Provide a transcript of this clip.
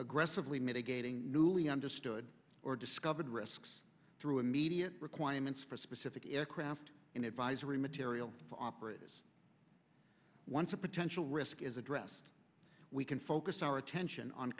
aggressively mitigating newly understood or discovered risks through immediate requirements for specific aircraft and advisory materials for operators once a potential risk is addressed we can focus our attention on